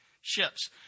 ships